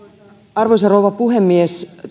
arvoisa rouva puhemies